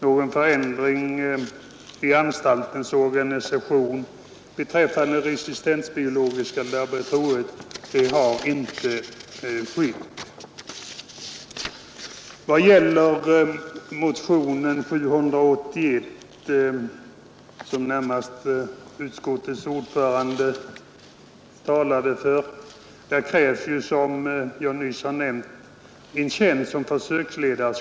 Någon förändring i anstaltens organisation beträffande resistensbiologiska laboratoriet har inte skett. I motionen 781, som närmast utskottets ordförande talade för, krävs — som jag nyss nämnt — tillsättande av en tjänst som försöksledare.